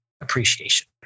appreciation